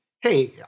hey